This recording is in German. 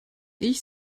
ich